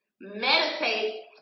meditate